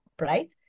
right